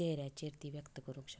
चेऱ्याचेर ती व्यक्त करूंक शकतात